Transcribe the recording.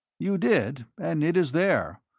you did. and it is there.